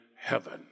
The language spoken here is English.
heaven